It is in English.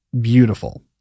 beautiful